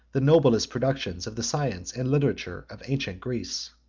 the noblest productions of the science and literature of ancient greece.